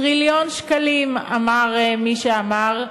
טריליון שקלים אמר מי שאמר,